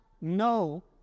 no